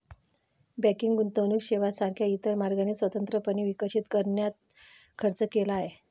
banking गुंतवणूक सेवांसारख्या इतर मार्गांनी स्वतंत्रपणे विकसित करण्यात खर्च केला आहे